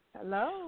Hello